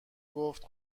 گفت